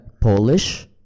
Polish